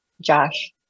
Josh